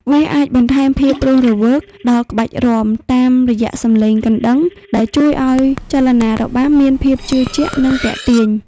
វាអាចបន្ថែមភាពរស់រវើកដល់ក្បាច់រាំ តាមរយៈសំឡេងកណ្តឹង ដែលជួយឲ្យចលនារបាំមានភាពជឿជាក់ និងទាក់ទាញ។